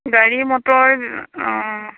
গাড়ী মটৰ